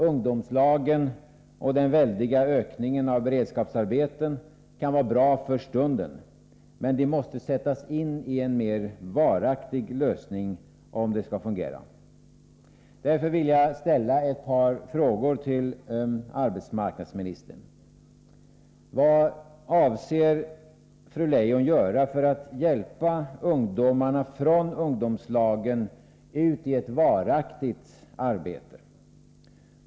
Ungdomslagen och den väldiga ökningen av beredskapsarbeten kan vara bra för stunden, men de måste sättas in i en mer varaktig lösning om de skall fungera. Därför vill jag ställa ett par frågor till arbetsmarknadsministern. Vad avser fru Leijon göra för att hjälpa ungdomarna från ungdomslagen ut i ett varaktigt arbete?